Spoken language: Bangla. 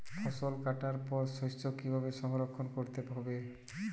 ফসল কাটার পর শস্য কীভাবে সংরক্ষণ করতে হবে?